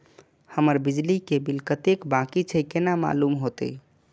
हमर बिजली के बिल कतेक बाकी छे केना मालूम होते?